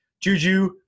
Juju